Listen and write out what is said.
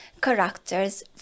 characters